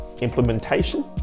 implementation